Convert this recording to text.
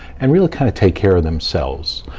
and really kind of take care of themselves,